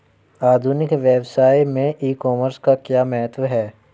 आधुनिक व्यवसाय में ई कॉमर्स का क्या महत्व है?